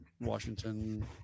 Washington